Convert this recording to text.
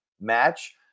match